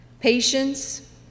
patience